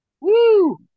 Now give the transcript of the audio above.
Woo